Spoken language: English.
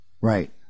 Right